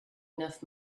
enough